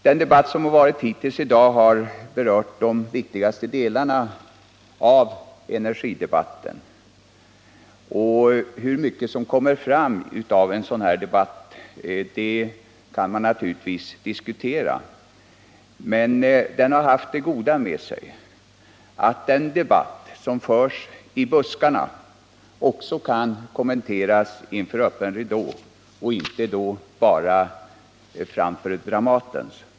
Den debatt som förts hittills i dag har berört de viktigaste delarna av energiproblematiken. Man kan naturligtvis diskutera hur mycket som kommer fram av en sådan här debatt, men jag tycker att den har haft det goda med sig att den debatt som förs ute i buskarna också kan kommenteras inför öppen ridå — och inte då bara framför Dramatens.